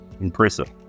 impressive